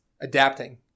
adapting